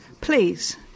Please